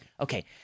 Okay